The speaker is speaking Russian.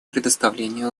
предоставление